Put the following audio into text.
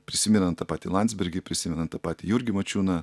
prisimenant tą patį landsbergį prisimenant tą pat jurgį mačiūną